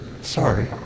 Sorry